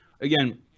again